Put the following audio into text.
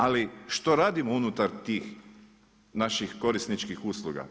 Ali, što radimo unutar tih naših korisničkih usluga.